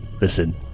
listen